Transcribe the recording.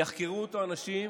יחקרו אותו אנשים,